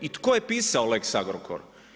I tko je pisao lex Agrokor?